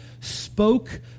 spoke